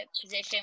position